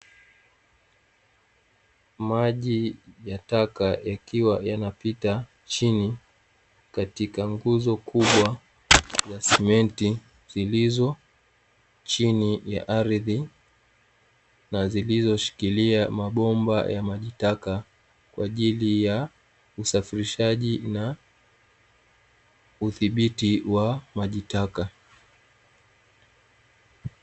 Maji ya taka yakiwa yanapita chini katika nguzo kubwa ya simenti zilizo chini ya ardhi na zilizoshikilia mabomba ya maji taka, kwa ajili ya usafirishaji na udhibiti wa maji taka.